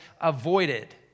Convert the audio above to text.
avoided